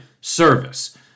service